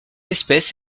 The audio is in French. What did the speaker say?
espèce